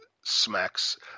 smacks –